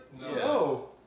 No